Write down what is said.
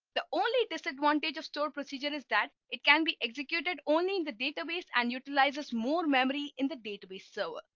the only disadvantage of stored procedure is that it can be executed only in the database and utilizes more memory in the database so